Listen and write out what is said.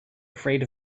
afraid